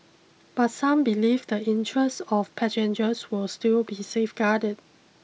but some believe the interests of passengers will still be safeguarded